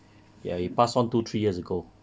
ya he pass on two three years ago